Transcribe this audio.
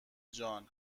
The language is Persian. جان